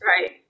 Right